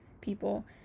people